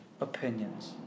opinions